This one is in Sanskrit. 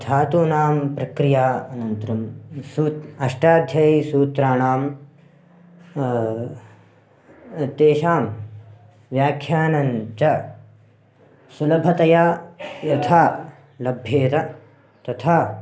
धातूनां प्रक्रिया अनन्तरं सः अष्टाध्यायी सूत्राणां तेषां व्याख्यानं सुलभतया यथा लभ्येत तथा